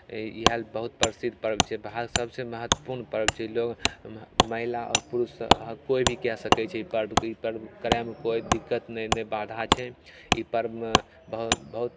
अऽ इएह लए बहुत प्रसिद्ध पर्व छै भारत सबसँ महत्वपूर्ण पर्व छै लोग महिला आओर पुरुष अहाँ कोइ भी कए सकय छै ई पर्व कि ई पर्व करयमे कोइ दिक्कत नहि नहि बाधा छै ई पर्बमे वहाँ बहुत